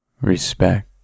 respect